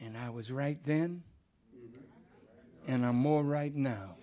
and i was right then and i'm more right now